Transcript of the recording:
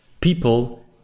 people